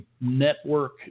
Network